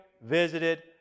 visited